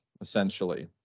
essentially